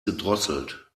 gedrosselt